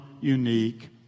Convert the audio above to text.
unique